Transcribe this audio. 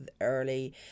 early